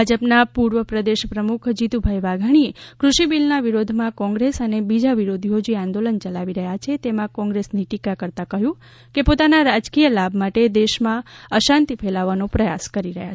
ભાજપના પૂર્વ પ્રદેશ પ્રમુખ શ્રીજીતુભાઈ વાધાણીએ કૃષિ બીલના વિરોધમાં કોંગ્રેસ અને બીજા વિરોધીઓ જે આંદોલન ચલાવી રહ્યા છે તેમાં કોંગ્રેસની ટીકા કરતાં કહ્યું કે પોતાના રાજકીય લાભ માટે દેશમાં અશાંતિ ફેલાવાનો પ્રયાસ કરી રહ્યા છે